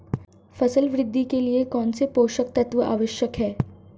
फसल वृद्धि के लिए कौनसे पोषक तत्व आवश्यक हैं?